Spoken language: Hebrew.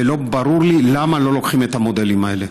ולא ברור לי למה לא לוקחים את המודלים האלה: